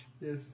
Yes